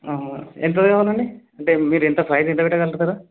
ఎంతలో కావాలండి అంటే మీరు ఎంత ప్రైస్ ఎంత పెట్ట గలుగుతారు